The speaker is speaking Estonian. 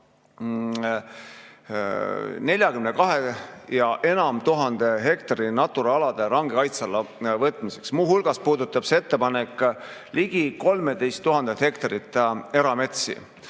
000 ja enam hektari Natura alade range kaitse alla võtmiseks, muu hulgas puudutab see ettepanek ligi 13 000 hektarit erametsi.